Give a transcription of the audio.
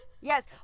Yes